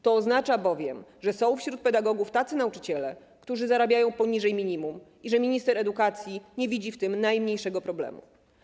To oznacza bowiem, że są wśród pedagogów tacy nauczyciele, którzy zarabiają poniżej minimum, i że minister edukacji nie widzi w tym najmniejszego problemu.